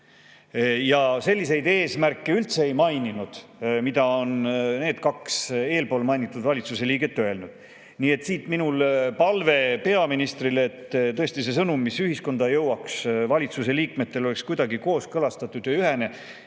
Selliseid eesmärke üldse ta ei maininud, mida kaks eespool mainitud valitsuse liiget on öelnud. Siit on minu palve peaministrile, et tõesti see sõnum, mis ühiskonda jõuab, oleks valitsuse liikmetel kuidagi kooskõlastatud ja ühene,